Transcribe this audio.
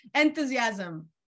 enthusiasm